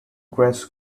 crash